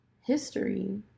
history